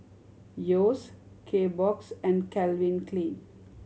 Yeo's Kbox and Calvin Klein